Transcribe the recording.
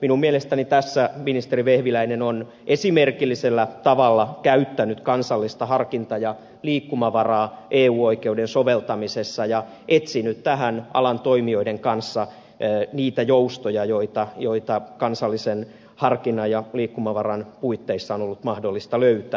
minun mielestäni ministeri vehviläinen on esimerkillisellä tavalla käyttänyt kansallista harkinta ja liikkumavaraa tässä eu oikeuden soveltamisessa ja etsinyt tähän alan toimijoiden kanssa niitä joustoja joita kansallisen harkinnan ja liikkumavaran puitteissa on ollut mahdollista löytää